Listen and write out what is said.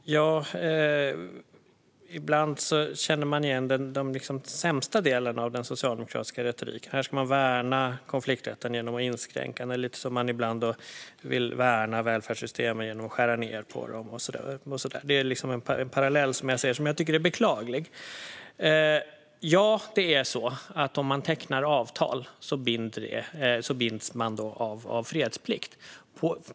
Fru talman! Ibland känner man igen den sämsta delen av den socialdemokratiska retoriken. Nu ska ni värna konflikträtten genom att inskränka den. Det är lite som när ni vill värna välfärdssystemen genom att skära ned på dem. Jag ser en beklaglig parallell här. Om man tecknar avtal binds man av fredsplikt.